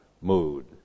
mood